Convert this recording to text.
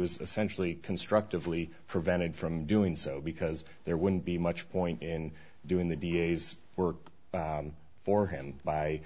was essentially constructively prevented from doing so because there wouldn't be much point in doing the d a s work for hand by